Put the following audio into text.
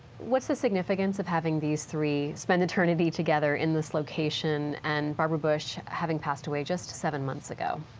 what is the significance of having these three spend eternity together in this location, and barbara bush having passed away just seven months ago.